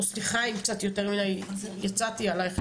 או סליחה אם קצת יותר מידי יצאתי עלייך,